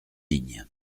ligne